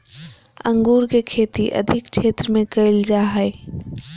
अंगूर के खेती अधिक क्षेत्र में कइल जा हइ